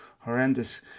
horrendous